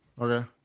Okay